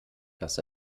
dass